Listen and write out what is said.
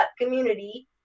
community